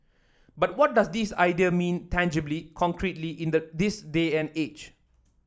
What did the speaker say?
but what does these ideas mean tangibly concretely in the this day and age